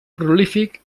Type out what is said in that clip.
prolífic